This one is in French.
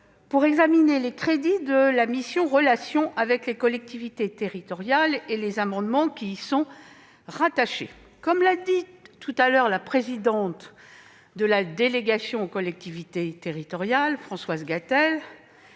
pour examiner les crédits de la mission « Relations avec les collectivités territoriales » et les amendements qui y sont rattachés. Comme l'a souligné la présidente de la délégation aux collectivités territoriales, Françoise Gatel,